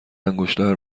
انگشتر